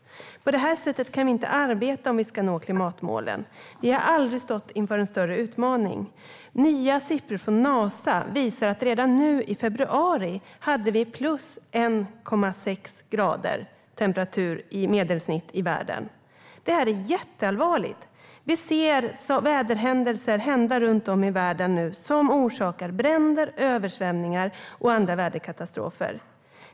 På det här sättet kan vi inte arbeta om vi ska nå klimatmålen. Vi har aldrig stått inför en större utmaning. Nya siffror från Nasa visar att vi redan nu i februari hade plus 1,6 grader i genomsnittstemperatur i världen. Det är jätteallvarligt. Vi ser nu väderhändelser inträffa runt om i världen som orsakar bränder, översvämningar och andra väderkatastrofer.